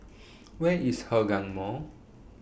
Where IS Hougang Mall